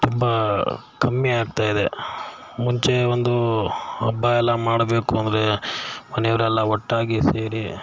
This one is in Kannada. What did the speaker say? ತುಂಬ ಕಮ್ಮಿ ಆಗ್ತಾ ಇದೆ ಮುಂಚೆ ಒಂದು ಹಬ್ಬ ಎಲ್ಲ ಮಾಡಬೇಕು ಅಂದರೆ ಮನೆಯವರೆಲ್ಲಾ ಒಟ್ಟಾಗಿ ಸೇರಿ